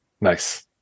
Nice